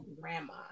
grandma